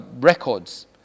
Records